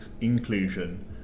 inclusion